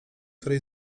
której